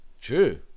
True